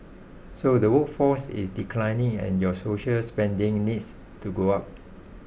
so the workforce is declining and your social spending needs to go up